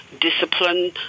discipline